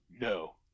no